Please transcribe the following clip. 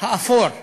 האפור "הם"